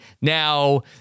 now